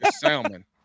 Salmon